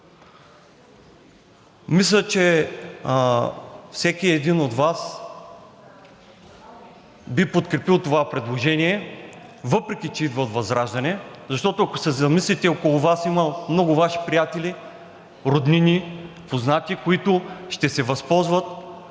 Мисля, че всеки един от Вас би подкрепил това предложение, въпреки че идва от ВЪЗРАЖДАНЕ, защото, ако се замислите, около Вас има много Ваши приятели, роднини, познати, които ще се възползват